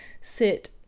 sit